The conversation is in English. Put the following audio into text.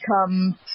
come